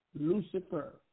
Lucifer